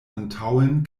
antaŭen